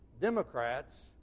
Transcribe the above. Democrats